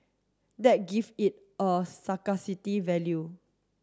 that give it a scarcity value